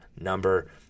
number